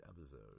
episode